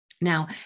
Now